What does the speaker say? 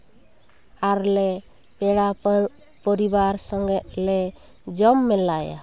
ᱟᱨᱞᱮ ᱯᱮᱲᱟ ᱯᱟᱹᱨ ᱯᱚᱨᱤᱵᱟᱨ ᱥᱚᱸᱜᱮ ᱞᱮ ᱡᱚᱢ ᱢᱮᱞᱟᱭᱟ